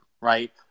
right